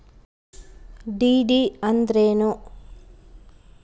DD ಅಂದ್ರೇನು?